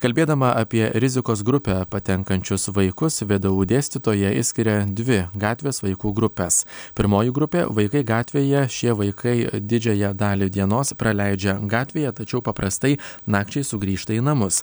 kalbėdama apie rizikos grupę patenkančius vaikus vdu dėstytoja išskiria dvi gatvės vaikų grupes pirmoji grupė vaikai gatvėje šie vaikai didžiąją dalį dienos praleidžia gatvėje tačiau paprastai nakčiai sugrįžta į namus